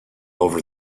over